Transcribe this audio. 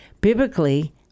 Biblically